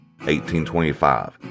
1825